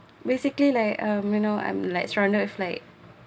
basically like um you know I'm like struggle of like